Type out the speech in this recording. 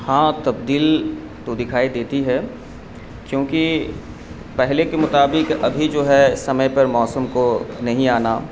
ہاں تبدیل تو دکھائی دیتی ہے کیونکہ پہلے کے مطابق ابھی جو ہے سمے پر موسم کو نہیں آنا